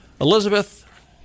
Elizabeth